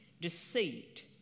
deceit